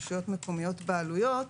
רשויות מקומיות בעלויות,